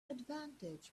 advantage